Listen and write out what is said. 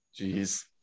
Jeez